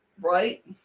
Right